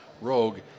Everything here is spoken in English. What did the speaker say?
Rogue